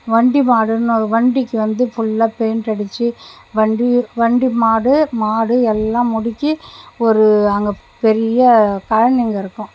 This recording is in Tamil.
வண்டி மாடுன்னு ஒரு வண்டிக்கு வந்து ஃபுல்லாக பெயிண்ட் அடித்து வண்டி வண்டி மாடு மாடு எல்லாம் முடுக்கி ஒரு அங்கே பெரிய காலனிங்க இருக்கும்